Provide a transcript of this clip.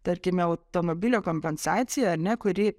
tarkime automobilio kompensacija ar ne kuri